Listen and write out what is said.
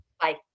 Bye